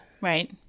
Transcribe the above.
Right